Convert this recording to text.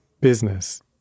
business